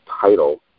Title